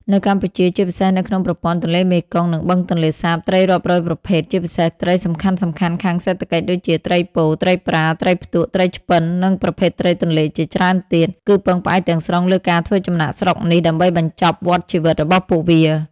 នៅកម្ពុជា ជាពិសេសនៅក្នុងប្រព័ន្ធទន្លេមេគង្គ និងបឹងទន្លេសាប ត្រីរាប់រយប្រភេទ ជាពិសេសត្រីសំខាន់ៗខាងសេដ្ឋកិច្ចដូចជា ត្រីពោ ត្រីប្រា ត្រីផ្ទក់ ត្រីឆ្ពិន និងប្រភេទត្រីទន្លេជាច្រើនទៀត គឺពឹងផ្អែកទាំងស្រុងលើការធ្វើចំណាកស្រុកនេះដើម្បីបញ្ចប់វដ្តជីវិតរបស់ពួកវា។